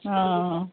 आं